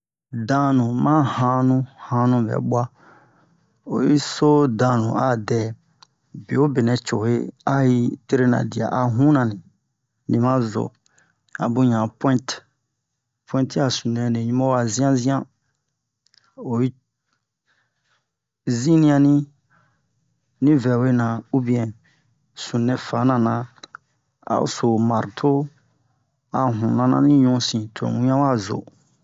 Danu ma hanu hanu bɛ bwa oyi so danu a dɛ be'obe nɛ cohe a yi trena dia a huna ni nima zo a bun yan a pu'int pu'inti a sunu nɛ ni ɲubo a zian-zian oyi zini'ani ni vɛwe na ubiɛn sunu nɛ fana na a'o so marto a huna na ni ɲusin to mu wian wa zo